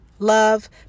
love